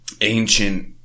Ancient